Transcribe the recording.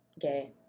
gay